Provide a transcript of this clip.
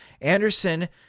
Anderson